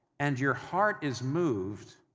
and your heart is moved,